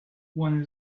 one